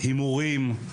הימורים,